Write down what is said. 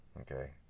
Okay